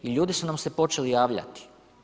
I ljudi su nam se počeli javljati.